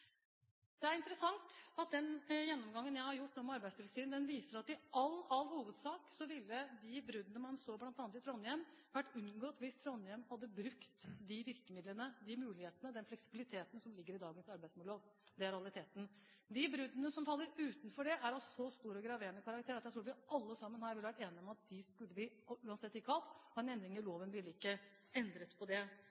Det er interessant at den gjennomgangen jeg har hatt med Arbeidstilsynet, viser at i all hovedsak ville de bruddene man så bl.a. i Trondheim, vært unngått hvis Trondheim hadde brukt de virkemidlene, de mulighetene og den fleksibiliteten som ligger i dagens arbeidsmiljølov. Det er realiteten. De bruddene som faller utenfor det, er av så stor og graverende karakter at jeg tror vi alle sammen her ville vært enige om at de skulle vi uansett ikke ha hatt, og en endring i